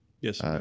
yes